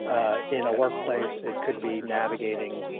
in a workplace, it could be navigating